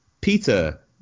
Peter